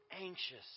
anxious